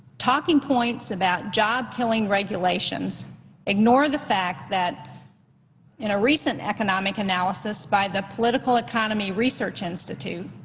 talking points about job-killing regulations ignore the fact that in a recent economic analysis by the political economy research institute,